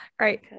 Right